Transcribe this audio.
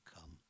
come